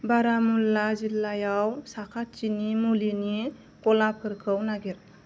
बारामुल्ला जिल्लायाव साखाथिनि मुलिनि गलाफोरखौ नागिर